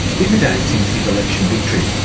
in the days since his election victory,